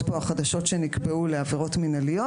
החדשות פה שנקבעו לעבירות מינהליות,